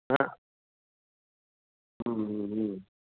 हा ह्म् ह्म् ह्म्